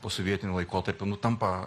posovietiniu laikotarpiu nu tampa